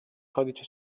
codice